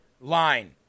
line